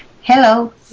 Hello